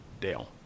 Dale